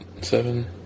seven